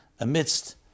amidst